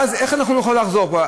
ואז, איך נוכל לחזור כבר?